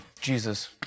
Jesus